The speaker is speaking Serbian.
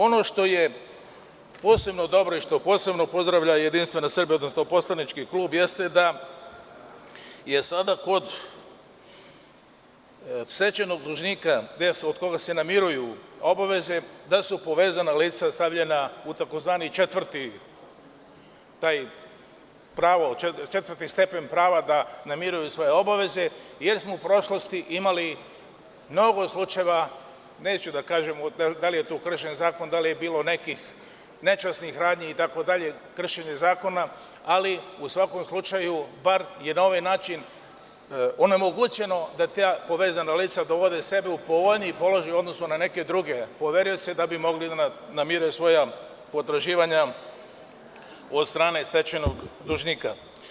Ono što je posebno dobro i što posebno pozdravlja JS, odnosno poslanički klub jeste da je sada kod stečajnog dužnika od koga se namiruju obaveze da su povezana lica stavljena u tzv. četvrti stepen prava da namiruju svoje obaveze, jer smo u prošlosti imali mnogo slučajeva, neću da kažem da li je tu kršen zakon ili da li je bilo tu nekih nečasnih radnji, ali u svakom slučaju bar je na ovaj način onemogućeno da ta povezana lica dovode sebe u povoljniji položaj u odnosu na neke druge poverioce da bi mogli da namire svoja potraživanja od strane stečajnog dužnika.